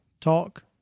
talk